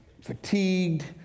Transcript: fatigued